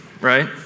right